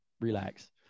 relax